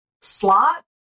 slot